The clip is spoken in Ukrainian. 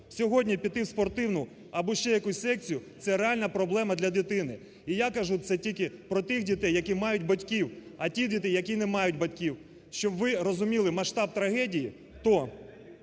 Сьогодні піти в спортивну або ще якусь секцію – це реальна проблема для дитини. І я кажу це тільки про тих дітей, які мають батьків. А ті діти, які не мають батьків? Щоб ви розуміли масштаб трагедії, то